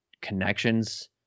connections